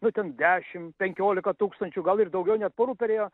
nu ten dešim penkiolika tūkstančių gal ir daugiau net porų perėjo